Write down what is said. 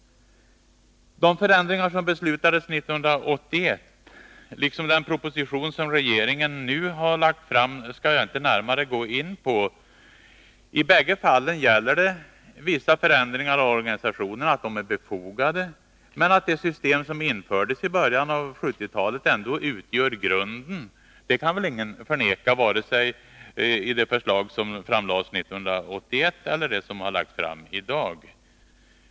De förändringar som beslutades 1981, liksom den proposition som regeringen nu har lagt fram, skall jag inte gå närmare in på. I bägge fallen gäller att vissa förändringar av organisationen är befogade, men det system som infördes i början av 1970-talet utgör ändå grunden. Detta kan väl ingen förneka -— vare sig det gäller förslaget från 1981 eller förslaget i dag.